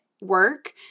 work